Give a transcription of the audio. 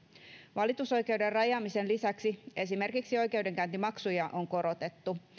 valitusoikeuden rajaamisen lisäksi esimerkiksi oikeudenkäyntimaksuja on korotettu